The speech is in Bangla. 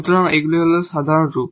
সুতরাং এগুলি হল সাধারণ রূপ